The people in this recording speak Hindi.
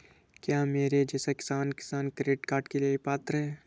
क्या मेरे जैसा किसान किसान क्रेडिट कार्ड के लिए पात्र है?